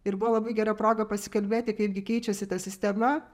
ir buvo labai gera proga pasikalbėti kaip gi keičiasi ta sistema